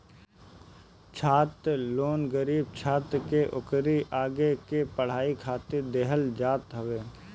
छात्र लोन गरीब छात्र के ओकरी आगे के पढ़ाई खातिर देहल जात हवे